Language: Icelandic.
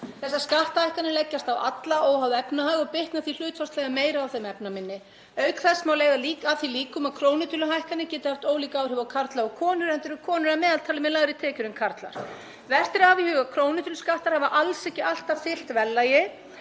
Þessar skattahækkanir leggjast á alla óháð efnahag og bitna því hlutfallslega meira á þeim efnaminni. Auk þess má leiða að því líkur að krónutöluhækkanir geti haft ólík áhrif á karla og konur enda eru konur að meðaltali með lægri tekjur en karlar. Vert er að hafa í huga að krónutöluskattar hafa alls ekki alltaf fylgt verðlagi.